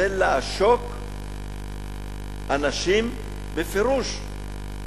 זה לעשוק אנשים בפירוש.